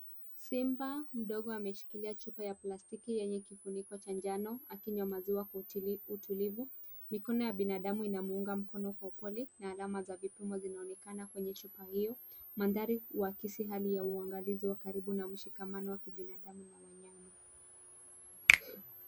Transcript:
Simba mdogo ameshikilia chupa ya plastiki yenye kifuniko cha njano akinywa maziwa kwa utulivu. Mikono ya binadamu inamuunga mkono kwa upole na alama za vipimo zinaoenekana kwenye chupa hiyo. Mandhari huakisi hali ya uangalizi wa karibu na mshikamano wa kibinadamu na wanyama.